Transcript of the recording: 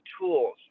tools